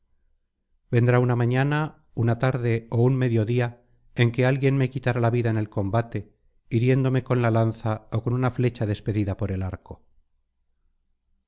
vendrá una mañana una tarde ó un mediodía en que alguien me quitará la vida en el combate hiriéndome con la lanza ó con una flecha despedida por el arco